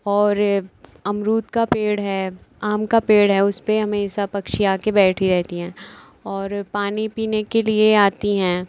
और अमरूद का पेड़ है आम का पेड़ है उस पर हमेसा पक्षियाँ आकर बैठी रहती हैं और पानी पीने के लिए आती हैं